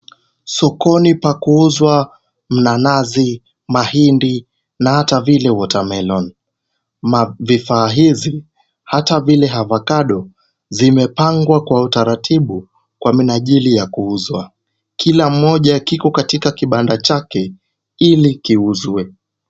Sokoni pa kuuzwa mna nazi, mahindi na hata vile watermelon . Vifaa hizi, hata vile avocado zimepangwa kwa utaratibu kwa minajili ya kuuzwa. Kila moja kiko katika kibanda chake ili kiuzwe.